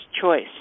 Choice